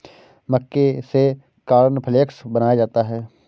मक्के से कॉर्नफ़्लेक्स बनाया जाता है